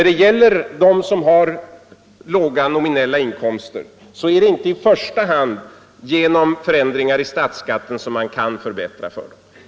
Det är inte i första hand genom förändringar i statsskatten som man kan förbättra läget för den som har låga nominella inkomster.